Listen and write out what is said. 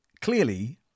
clearly